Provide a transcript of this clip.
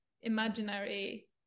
imaginary